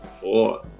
four